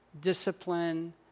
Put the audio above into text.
discipline